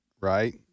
right